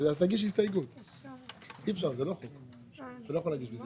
אז אנחנו נצא להפסקה ונצביע על הרביזיה